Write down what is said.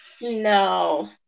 no